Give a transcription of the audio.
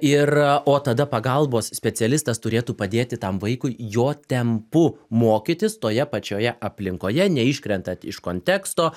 ir o tada pagalbos specialistas turėtų padėti tam vaikui jo tempu mokytis toje pačioje aplinkoje neiškrentant iš konteksto